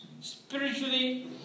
spiritually